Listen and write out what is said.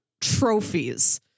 trophies